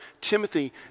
Timothy